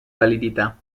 validità